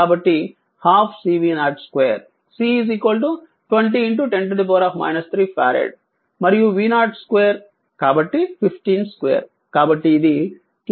కాబట్టి 12 CV02 C 20 10 3 farad మరియు V02 కాబట్టి 15 2 కాబట్టి ఇది 2